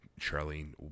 Charlene